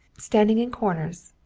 standing in corners,